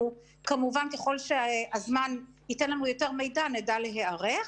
כמובן שכלל שהזמן ייתן לנו יותר מידע, נדע להיערך.